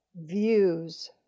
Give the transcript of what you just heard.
views